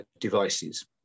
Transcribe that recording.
devices